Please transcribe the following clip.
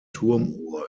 turmuhr